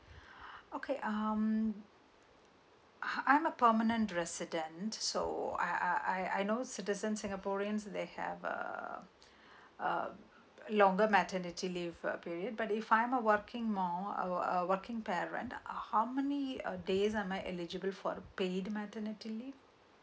okay um I'm a permanent resident so I I I know citizen singaporeans they have a a a longer maternity leave uh period but if I'm a working mom a a working parent how many uh days I'm eligible for paid maternity leave